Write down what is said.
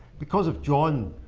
because of john,